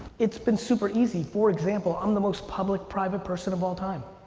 it's been super easy. for example, i'm the most public-private person of all time.